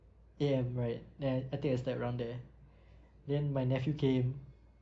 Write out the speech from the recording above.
A_M right then I think I slept around there then my nephew came